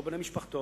לא בבני משפחתו,